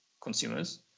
consumers